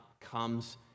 comes